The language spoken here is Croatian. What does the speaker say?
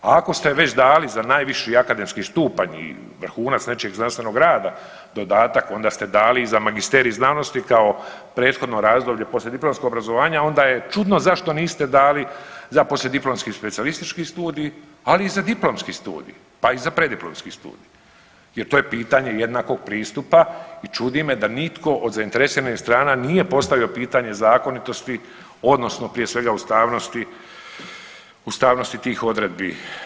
A ako ste već dali za najviši akademski stupanj i vrhunac nečijeg znanstvenog rada dodatak, onda ste dali i za magisterij znanosti kao prethodno razdoblje poslijediplomskog obrazovanja, onda je čudno zašto niste dali za poslijediplomski specijalistički studij, ali i za diplomski studij, pa i za preddiplomski studij jer to je pitanje jednakog pristupa i čudi me da nitko od zainteresiranih strana nije postavio pitanje zakonitosti odnosno prije svega ustavnosti tih odredbi.